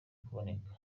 kuboneka